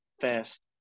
fast